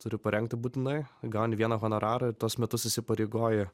turi parengti būtinai gauni vieną honorarą ir tuos metus įsipareigoji